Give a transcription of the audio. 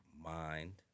mind